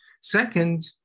Second